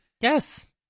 Yes